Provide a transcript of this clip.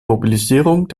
mobilisierung